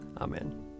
Amen